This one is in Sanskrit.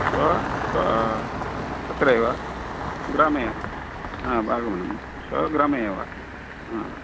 श्वः श्वः तत्रैव ग्रामे एव आम् आगमनं श्वः ग्रामे एव हा